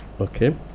Okay